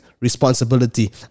responsibility